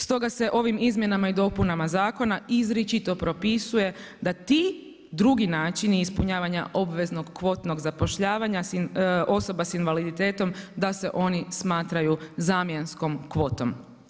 Stoga se ovim izmjenama i dopunama zakona izričito propisuje da ti drugi načini ispunjavanja obveznog kvotnog zapošljavanja osoba sa invaliditetom da se oni smatraju zamjenskom kvotom.